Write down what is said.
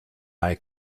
eye